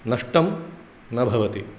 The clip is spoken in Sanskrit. नष्टं न भवति